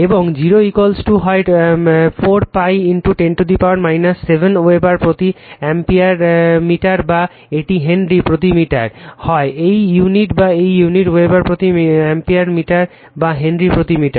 এবং 0 হয় 4 π 10 7 ওয়েবার প্রতি অ্যাম্পিয়ার মিটার বা এটি হেনরি প্রতি মিটার হয় এই ইউনিট বা এই ইউনিট ওয়েবার প্রতি অ্যাম্পিয়ার মিটার বা হেনরি প্রতি মিটার